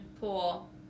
pool